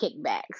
kickbacks